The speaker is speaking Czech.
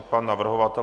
Pan navrhovatel?